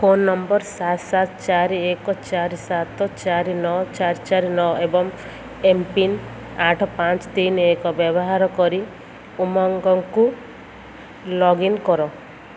phone number ସାତ ସାତ ଚାରି ଏକ ଚାରି ସାତ ଚାରି ନଅ ଚାରି ଚାରି ନଅ ଏବଂ ଏମ୍ପିନ୍ ଆଠ ପାଞ୍ଚ ତିନି ଏକ ବ୍ୟବହାର କରି ଉମଙ୍ଗକୁ ଲଗ୍ଇନ୍ କର